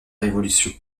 révolution